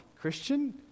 Christian